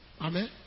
Amen